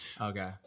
Okay